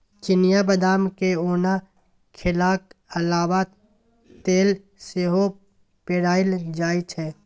चिनियाँ बदाम केँ ओना खेलाक अलाबा तेल सेहो पेराएल जाइ छै